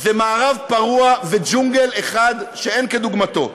זה מערב פרוע וג'ונגל אחד שאין כדוגמתו.